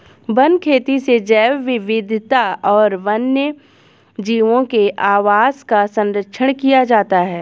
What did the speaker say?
one खेती से जैव विविधता और वन्यजीवों के आवास का सरंक्षण किया जाता है